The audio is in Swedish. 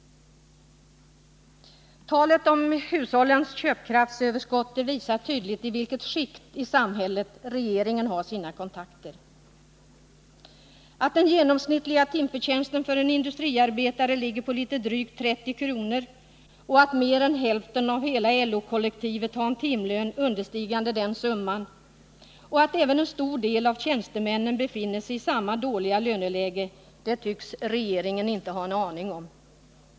Talet om hushållens köpkraftsöverskott visar tydligt i vilket skikt i samhället regeringen har sina kontakter. Den genomsnittliga timförtjänsten 3 för en industriarbetare ligger på litet drygt 30 kr. Mer än hälften av hela LO-kollektivet har en timlön understigande den summan. Även en stor del av tjänstemännen befinner sig i samma dåliga löneläge, men detta tycks regeringen inte ha en aning om.